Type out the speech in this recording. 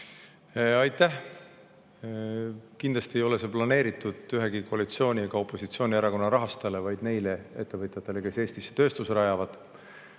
Aitäh! Kindlasti ei ole see planeeritud ühelegi koalitsiooni‑ ega ka opositsioonierakonna rahastajale, vaid neile ettevõtjatele, kes Eestisse tööstust rajavad.